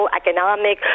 economic